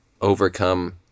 overcome